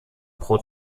pro